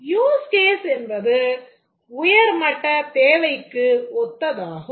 Use Case என்பது உயர்மட்ட தேவைக்கு ஒத்ததாகும்